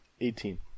Eighteen